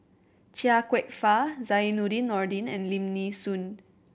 Chia Kwek Fah Zainudin Nordin and Lim Nee Soon